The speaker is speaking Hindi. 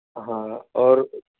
हाँ और